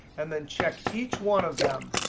and then check each one of them.